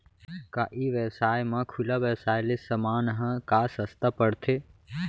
का ई व्यवसाय म खुला व्यवसाय ले समान ह का सस्ता पढ़थे?